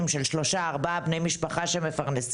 של שלושה או ארבעה בני משפחה מפרנסים,